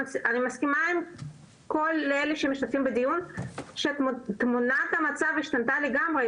אני מסכימה עם כל אלו שמשתתפים בדיון שתמונת המצב השתנתה לגמרי,